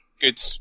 good